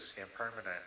impermanent